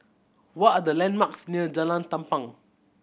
what are the landmarks near Jalan Tampang